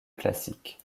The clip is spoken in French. classique